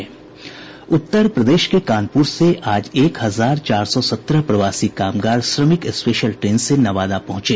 उत्तर प्रदेश के कानपुर से आज एक हजार चार सौ सत्रह प्रवासी कामगार श्रमिक स्पेशल ट्रेन से नवादा पहुंचे